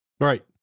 Right